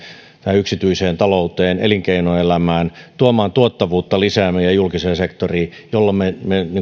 tähän yksityiseen talouteen elinkeinoelämään tuomaan tuottavuutta lisää meidän julkiseen sektoriimme jolloin me me